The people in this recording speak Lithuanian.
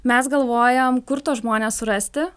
mes galvojam kur tuos žmones surasti